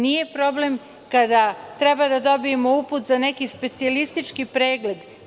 Nije problem kada treba da dobijemo uput za neki specijalistički pregled.